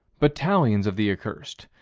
battalions of the accursed,